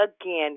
again